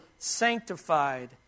sanctified